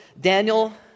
Daniel